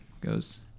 goes